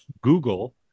Google